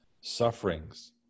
sufferings